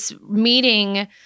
meeting